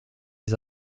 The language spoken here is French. les